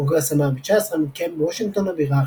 הקונגרס ה-119 מתקיים בוושינגטון הבירה,